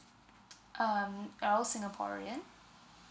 um are all singaporean